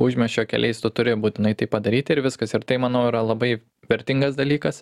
užmiesčio keliais tu turi būtinai tai padaryt ir viskas ir tai manau yra labai vertingas dalykas